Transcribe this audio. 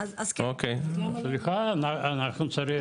אז יש כבר